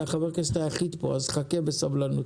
אתה חבר הכנסת היחיד פה אז חכה בסבלנות.